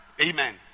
Amen